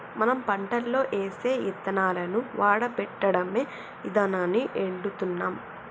మనం పంటలో ఏసే యిత్తనాలను వాడపెట్టడమే ఇదానాన్ని ఎడుతున్నాం